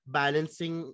balancing